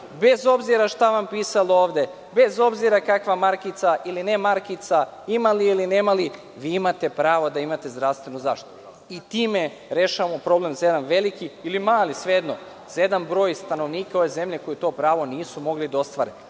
bez obzira šta vam pisalo ovde, bez obzira kakva markica ili ne markica, imali je ili nemali, vi imate pravo da imate zdravstvenu zaštitu i time rešavamo problem za jedan veliki ili mali broj stanovnika ove zemlje koji to pravo nisu mogli da